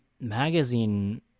magazine